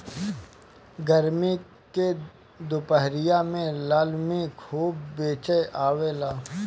गरमी के दुपहरिया में लालमि खूब बेचाय आवेला